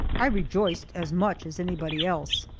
i rejoiced as much as anybody else.